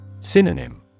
Synonym